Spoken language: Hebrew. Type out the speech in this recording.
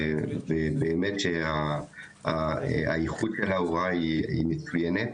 ובאמת שהאיכות של ההוראה היא מצוינת.